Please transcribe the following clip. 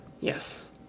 Yes